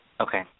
Okay